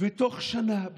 ובתוך שנה,